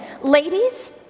ladies